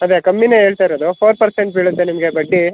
ಅದೇ ಕಮ್ಮಿನೇ ಹೇಳ್ತಾ ಇರೋದು ಫೋರ್ ಪರ್ಸೆಂಟ್ ಬೀಳುತ್ತೆ ನಿಮಗೆ ಬಡ್ಡಿ